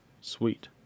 Sweet